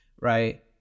Right